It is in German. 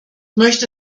möchte